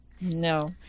no